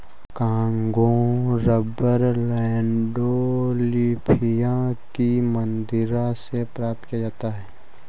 Congo rubber Landolphia की मदिरा से प्राप्त किया जाता है